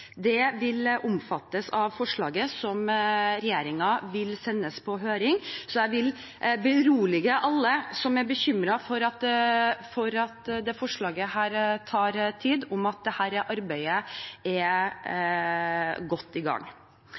Det vil omfattes av forslaget som regjeringen vil sende på høring, så jeg vil berolige alle som er bekymret for at dette forslaget tar tid, med at dette arbeidet er godt i gang.